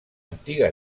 antiga